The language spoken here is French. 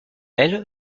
elle